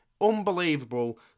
Unbelievable